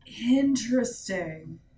Interesting